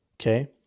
okay